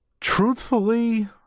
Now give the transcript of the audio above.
truthfully